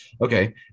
okay